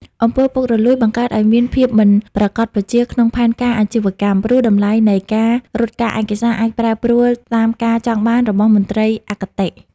អំពើពុករលួយ បង្កើតឱ្យមាន "ភាពមិនប្រាកដប្រជា" ក្នុងផែនការអាជីវកម្ម ព្រោះតម្លៃនៃការរត់ការឯកសារអាចប្រែប្រួលតាមការចង់បានរបស់មន្ត្រីអគតិ។